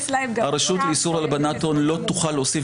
הרשות לאיסור הלבנת הון לא תוכל להוסיף